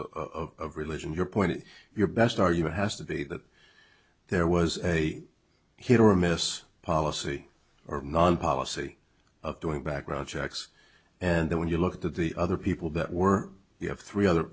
of religion your point is your best argument has to be that there was a hit or miss policy or non policy of doing background checks and then when you looked at the other people that were you have three other